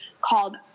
called